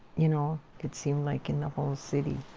you know? it seemed like in the whole city.